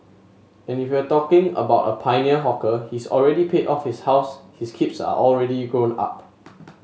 and if you're talking about a pioneer hawker he's already paid off his house his keeps are already grown up